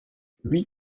lui